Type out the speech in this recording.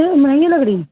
تو مہنگی لگ رہی